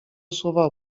słowa